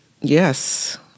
Yes